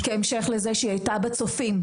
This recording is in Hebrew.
כהמשך לזה שהיא הייתה בצופים,